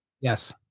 yes